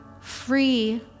free